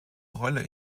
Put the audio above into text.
rolle